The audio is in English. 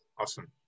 awesome